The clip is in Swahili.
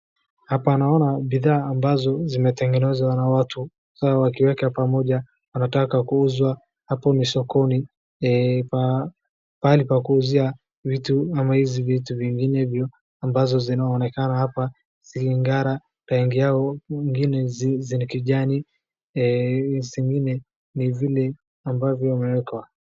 Hapa naona bidhaa ambazo zimetengenezwa na watu, hawa wakiweka pamoja wanataka kuuza, hapo ni sokoni, pahali pa kuuzia vitu ama hizi vitu vingine vya ambazo zinaonekana hapa zingara, pengia huku zingine ni kijani, zingine vile ambavyo imewekwa.